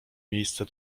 miejsce